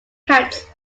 cats